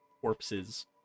corpses